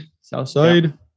Southside